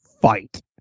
fight